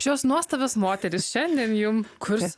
šios nuostabios moterys šiandien jum kurs